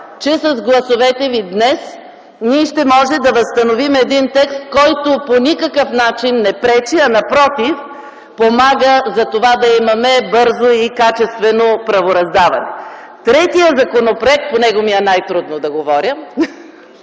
че с гласовете ви днес ние ще можем да възстановим един текст, който по никакъв начин не пречи, а напротив – помага за това да имаме бързо и качествено правораздаване. Третият законопроект – по него ми е най-трудно да говоря,